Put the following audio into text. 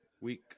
week